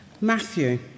Matthew